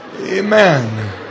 Amen